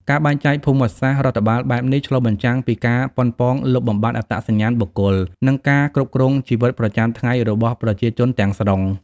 ការបែងចែកភូមិសាស្ត្ររដ្ឋបាលបែបនេះឆ្លុះបញ្ចាំងពីការប៉ុនប៉ងលុបបំបាត់អត្តសញ្ញាណបុគ្គល និងការគ្រប់គ្រងជីវិតប្រចាំថ្ងៃរបស់ប្រជាជនទាំងស្រុង។